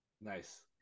Nice